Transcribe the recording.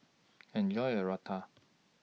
Enjoy your Raita